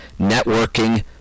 networking